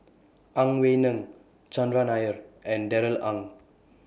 Ang Wei Neng Chandran Nair and Darrell Ang